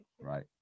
right